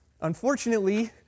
unfortunately